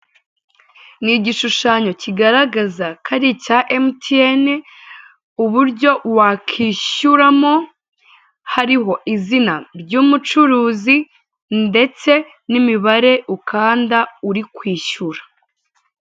Ni igishushanyo kigaragaza ko ari icya emutiyeni uburyo wakishyuramo hariho izina ry'umucuruzi ndetse n'imibare ukanda uri kwishyura.